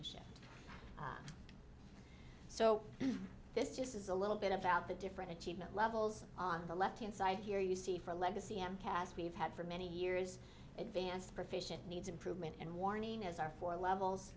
so this just is a little bit about the different achievement levels on the left hand side here you see for legacy and cast we've had for many years advanced proficiency needs improvement and warning as our four levels